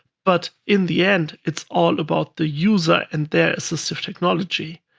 but in the end, it's all about the user and their assistive technology.